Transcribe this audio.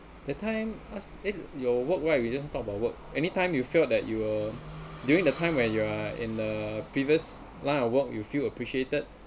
that time last eh your work why we didn't talk about work anytime you felt that you were during the time where you are in the previous line of work you feel appreciated